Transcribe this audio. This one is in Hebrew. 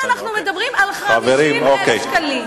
לכן אנחנו מדברים על 50,000 שקלים.